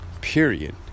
Period